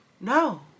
No